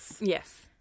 Yes